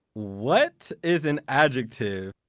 what is an adjective,